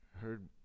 heard